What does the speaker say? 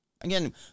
Again